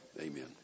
Amen